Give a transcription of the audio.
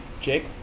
Jake